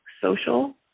social